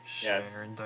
yes